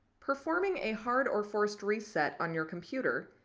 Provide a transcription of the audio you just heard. performing a hard, or forced reset on your computer,